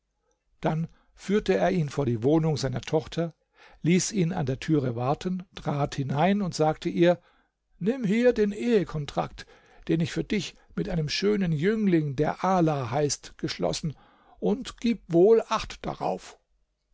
dann führte er ihn vor die wohnung seiner tochter ließ ihn an der türe warten traf hinein und sagte ihr nimm hier den ehekontrakt den ich für dich mit einem schönen jüngling der ala heißt geschlossen und gib wohl acht darauf